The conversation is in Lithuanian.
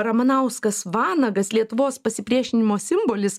ramanauskas vanagas lietuvos pasipriešinimo simbolis